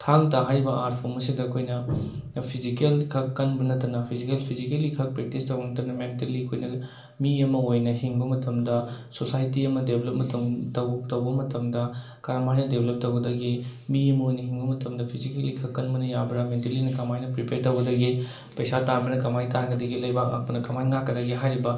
ꯊꯥꯡ ꯇꯥ ꯍꯥꯏꯔꯤꯕ ꯑꯥꯔꯠꯐꯣꯝ ꯑꯁꯤꯗ ꯑꯩꯈꯣꯏꯅ ꯐꯤꯖꯤꯀꯦꯜ ꯈꯛ ꯀꯟꯕ ꯅꯠꯇꯅ ꯐꯤꯖꯤꯀꯦꯜ ꯐꯤꯖꯤꯀꯦꯜꯂꯤ ꯈꯛ ꯄ꯭ꯔꯦꯛꯇꯤꯁ ꯇꯧꯕ ꯅꯠꯇꯅ ꯃꯦꯟꯇꯦꯜꯂꯤ ꯑꯩꯈꯣꯏꯅꯒ ꯃꯤ ꯑꯃ ꯑꯣꯏꯅ ꯍꯤꯡꯕ ꯃꯇꯝꯗ ꯁꯣꯁꯥꯏꯇꯤ ꯑꯃ ꯗꯦꯚꯦꯂꯞ ꯑꯃ ꯇꯧꯕ ꯃꯇꯝꯗ ꯀꯔꯝ ꯍꯥꯏꯅ ꯗꯦꯚꯦꯂꯞ ꯇꯧꯒꯗꯒꯦ ꯃꯤ ꯑꯃ ꯑꯣꯏꯅ ꯍꯤꯡꯕ ꯃꯇꯝꯗ ꯐꯤꯖꯤꯀꯦꯜꯂꯤ ꯈꯛ ꯀꯟꯕꯅ ꯌꯥꯕ꯭ꯔꯥ ꯃꯦꯟꯇꯦꯜꯂꯤꯅ ꯀꯃꯥꯏꯅ ꯄ꯭ꯔꯤꯄꯦꯌꯥꯔ ꯇꯧꯒꯗꯒꯦ ꯄꯩꯁꯥ ꯇꯥꯟꯕꯅ ꯀꯃꯥꯏꯅ ꯇꯥꯟꯒꯥꯗꯒꯦ ꯂꯩꯕꯥꯛ ꯉꯥꯛꯄꯅ ꯀꯃꯥꯏꯅ ꯉꯥꯛꯀꯥꯗꯒꯦ ꯍꯥꯏꯔꯤꯕ